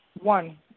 One